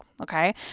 okay